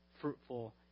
fruitful